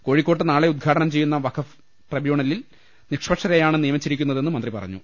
കോഴിക്കോട്ട് നാളെ ഉദ്ഘാടനം ചെയ്യുന്ന വഖഫ് ട്രൈബ്യൂ ണലിൽ നിഷ്പക്ഷരെയാണ് നിയമിച്ചിരിക്കുന്നതെന്ന് മന്ത്രി പറ ഞ്ഞു